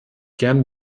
gern